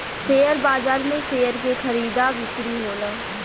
share बाजार में share के खरीदा बिक्री होला